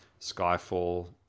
Skyfall